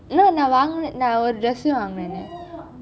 no நான் வாங்க:naan vanka ~ நான் ஒரு:naan oru dress வாங்குனேன்:vankunen